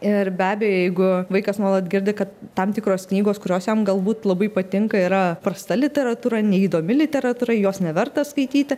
ir be abejo jeigu vaikas nuolat girdi kad tam tikros knygos kurios jam galbūt labai patinka yra prasta literatūra neįdomi literatūra jos neverta skaityti